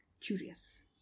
curious